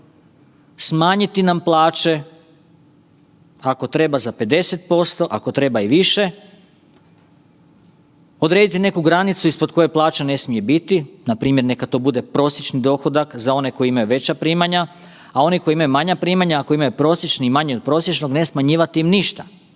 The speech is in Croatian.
smanjiti nam plaće, ako treba za 50% ako treba i za više, odrediti neku granicu ispod koje plaća ne smije biti npr. neka to bude prosječni dohodak za one koji imaju veća primanja, a oni koji imaju manja primanja ako imaju prosječno i manje od prosječnog ne smanjivati im ništa,